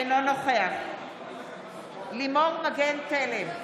אינו נוכח לימור מגן תלם,